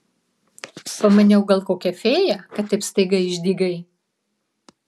pamaniau gal kokia fėja kad taip staiga išdygai